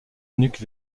nuque